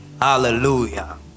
Hallelujah